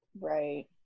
Right